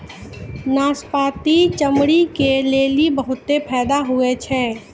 नाशपती चमड़ी के लेली बहुते फैदा हुवै छै